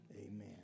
amen